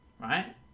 right